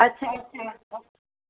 अच्छा अच्छा